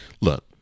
look